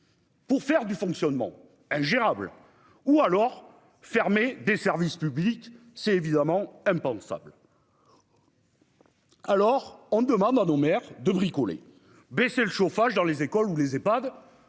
Pour faire du fonctionnement ingérable ou alors fermer des services publics. C'est évidemment impensable.-- Alors on demande nos mères de bricoler. Baisser le chauffage dans les écoles ou les EPHAD.